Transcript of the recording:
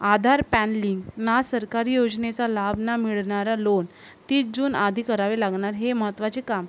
आधार PAN लिंकना सरकारी योजनेचा लाभ ना मिळणारं लोन तीस जूनआधी करावे लागणार हे महत्त्वाचे काम